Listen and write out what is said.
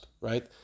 right